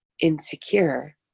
insecure